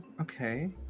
Okay